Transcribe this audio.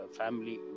family